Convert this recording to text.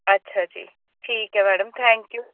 ਅੱਛਾ ਜੀ ਠੀਕ ਹੈ ਮੈਡਮ ਥੈਂਕ ਯੂ